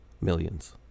millions